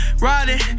Riding